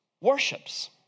worships